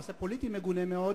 מעשה פוליטי מגונה מאוד,